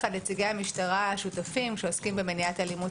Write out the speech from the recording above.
כלל נציגי המשטרה שותפים שעוסקים במניעת אלימות,